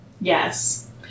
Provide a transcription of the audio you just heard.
yes